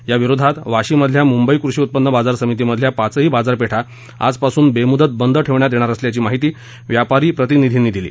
या विरोधात वाशी मधील मुंबई कृषी उत्पन्न बाजार समितीमधील पाचही बाजारपेठा आजपासून बेमुदत बंद ठेवण्यात येणार असल्याची माहिती व्यापारी प्रतिनिधीनी दिली